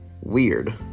Weird